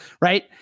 right